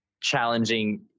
challenging